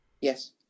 Yes